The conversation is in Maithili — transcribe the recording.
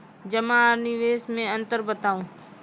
जमा आर निवेश मे अन्तर बताऊ?